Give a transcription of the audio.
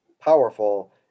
powerful